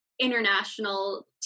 international